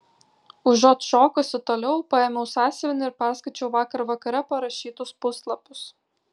užuot šokusi toliau paėmiau sąsiuvinį ir perskaičiau vakar vakare parašytus puslapius